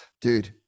dude